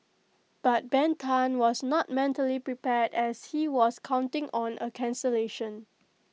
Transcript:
but Ben Tan was not mentally prepared as he was counting on A cancellation